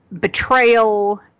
betrayal